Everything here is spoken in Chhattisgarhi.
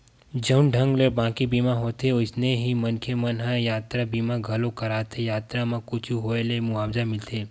जउन ढंग ले बाकी बीमा होथे अइसने ही मनखे मन ह यातरा बीमा घलोक कराथे यातरा म कुछु होय ले मुवाजा मिलथे